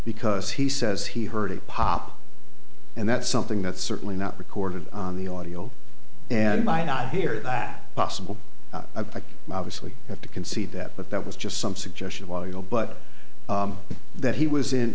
because he says he heard a pop and that's something that's certainly not recorded on the audio and might not hear that possible obviously have to concede that but that was just some suggestion while you know but that he was in